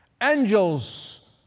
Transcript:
angels